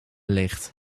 licht